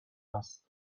است